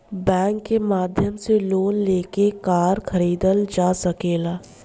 bank के माध्यम से लोन लेके कार खरीदल जा सकेला